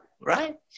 right